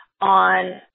on